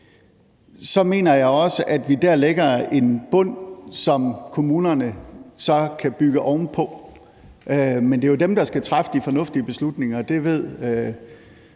så mener jeg også, vi dér lægger en bund, som kommunerne så kan bygge oven på. Men det er jo dem, der skal træffe de fornuftige beslutninger, og det ved